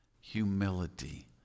humility